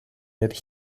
that